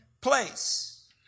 place